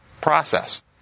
process